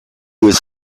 was